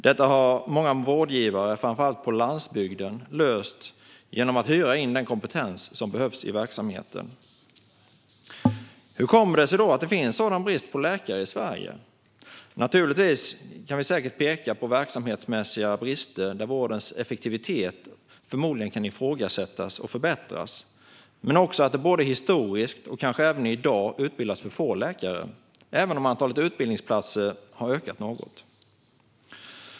Detta har många vårdgivare, framför allt på landsbygden, löst genom att hyra in den kompetens som behövs i verksamheten. Hur kommer det sig då att det är en sådan brist på läkare i Sverige? Man kan säkert peka på verksamhetsmässiga brister där vårdens effektivitet förmodligen kan ifrågasättas och förbättras. Men det handlar även om att det både historiskt och kanske även i dag utbildas för få läkare, även om antalet utbildningsplatser har ökat något.